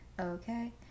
okay